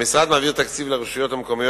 המשרד מעביר תקציב לרשויות המקומיות